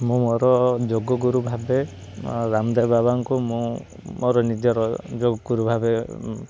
ମୁଁ ମୋର ଯୋଗ ଗୁରୁ ଭାବେ ରାମଦେବ ବାବାଙ୍କୁ ମୁଁ ମୋର ନିଜର ଯୋଗ ଗୁରୁ ଭାବେ